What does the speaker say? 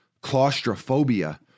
claustrophobia